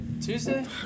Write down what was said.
Tuesday